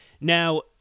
Now